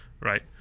right